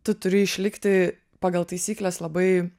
tu turi išlikti pagal taisykles labai